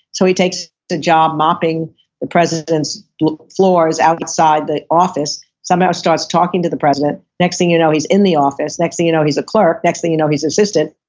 so he takes a job mopping the president's floors outside the office. somehow starts talking to the president, next thing you know he's in the office, next thing you know he's a clerk, next thing you know he's assistant,